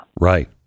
Right